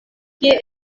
kie